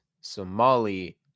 Somali